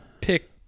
pick